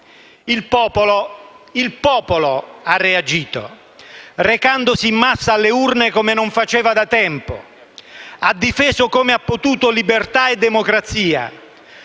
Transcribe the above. Il popolo ha reagito, recandosi in massa alle urne come non faceva da tempo, ha difeso come ha potuto libertà e democrazia